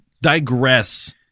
digress